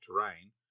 terrain